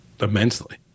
immensely